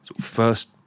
first